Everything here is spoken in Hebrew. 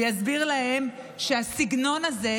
ויסביר להם שהסגנון הזה,